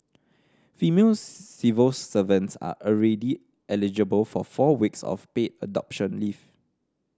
female civil servants are already eligible for four weeks of paid adoption leave